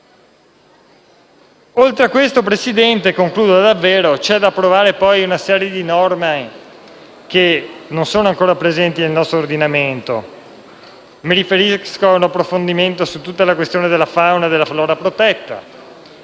Oltre a questo, Presidente, c'è da approvare una serie di norme non ancora presenti nel nostro ordinamento. Mi riferisco a un approfondimento sulla questione della fauna e della flora protetta,